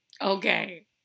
Okay